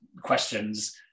questions